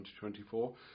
2024